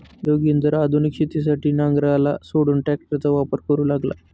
जोगिंदर आधुनिक शेतीसाठी नांगराला सोडून ट्रॅक्टरचा वापर करू लागला